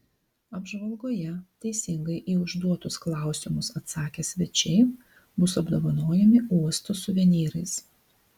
apžvalgoje teisingai į užduotus klausimus atsakę svečiai bus apdovanojami uosto suvenyrais